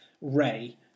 Ray